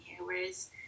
whereas